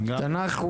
עסקים.